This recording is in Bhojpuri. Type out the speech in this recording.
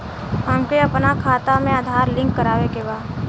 हमके अपना खाता में आधार लिंक करावे के बा?